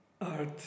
art